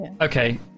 Okay